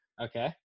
Okay